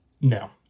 no